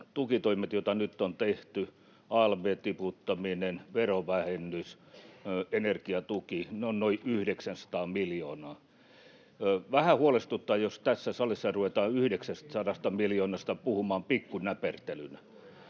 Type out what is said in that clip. tukitoimet, joita nyt on tehty — alv:n tiputtaminen, verovähennys, energiatuki — ovat noin 900 miljoonaa. Vähän huolestuttaa, jos tässä salissa ruvetaan 900 miljoonasta puhumaan pikkunäpertelynä.